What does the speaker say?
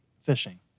fishing